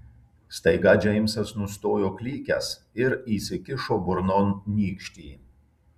staiga džeimsas nustojo klykęs ir įsikišo burnon nykštį